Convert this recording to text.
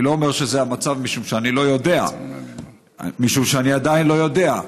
אני לא אומר שזה המצב, משום שאני עדיין לא יודע,